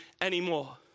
anymore